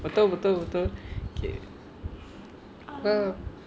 betul betul betul okay uh